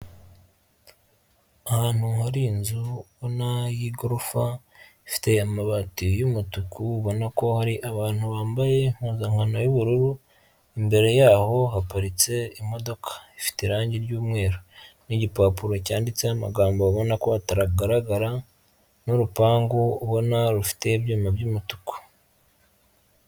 Ahantu hari inzu ubona y'igorofa ifite amabati y'umutuku ubona ko hari abantu bambaye impuzankano y'ubururu imbere yaho haparitse imodoka ifite irangi ry'umweru n'igipapuro cyanditseho amagambo babona ko atagaragara n'urupangu ubona rufite ibyuma by'umutuku.